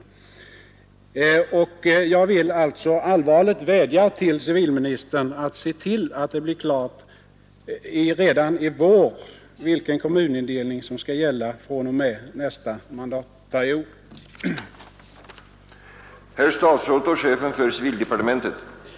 16 mars 1972 Jag vill således allvarligt vädja till civilministern att se till att det blir RR klart redan i vår vilken kommunindelning som skall gälla fr.o.m. nästa Å"8 kommungränmandatperiod serna vid början av